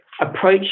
approach